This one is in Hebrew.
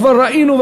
כבר ראינו,